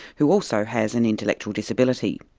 who also has an intellectual disability.